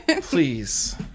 Please